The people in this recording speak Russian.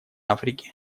африки